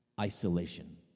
Isolation